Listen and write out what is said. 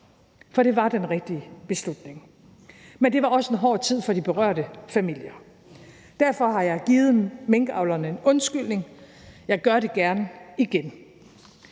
For det var den rigtige beslutning. Men det var også en hård tid for de berørte familier. Derfor har jeg givet minkavlerne en undskyldning, og jeg gør det gerne igen.